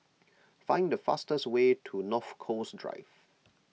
find the fastest way to North Coast Drive